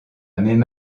même